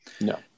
No